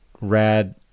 rad